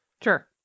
Sure